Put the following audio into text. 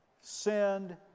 Send